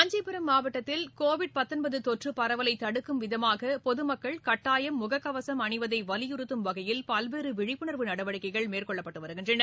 காஞ்சிபுரம் மாவட்டத்தில் கோவிட் தொற்று பரவலை தடுக்கும் விதமாக பொது மக்கள் கட்டாயம் முகக்கவசம் அணிவதை வலியுறுத்தும் வகையில் பல்வேறு விழிப்புணர்வு நடவடிக்கைகள் மேற்கொள்ளப்பட்டு வருகிறது